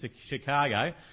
Chicago